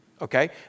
okay